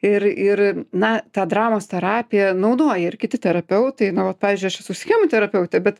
ir ir na tą dramos terapiją naudoja ir kiti terapeutai pavyzdžiui aš esu schemų terapeutė bet